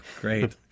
Great